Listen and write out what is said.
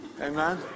Amen